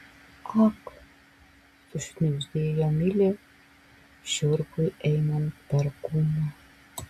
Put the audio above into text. ak sušnibždėjo milė šiurpui einant per kūną